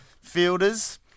fielders